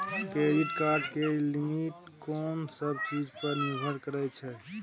Credit card के limit कोन सब चीज पर निर्भर करै छै?